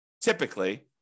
typically